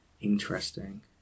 interesting